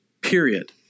Period